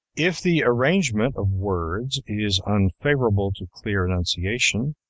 if the arrangement of words is unfavorable to clear enunciation,